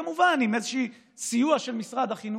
כמובן עם איזשהו סיוע של משרד החינוך.